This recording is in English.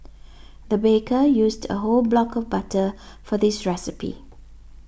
the baker used a whole block of butter for this recipe